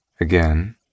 Again